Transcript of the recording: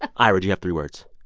ira, do you have three words?